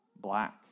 black